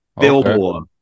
Billboard